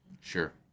Sure